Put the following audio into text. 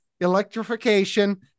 electrification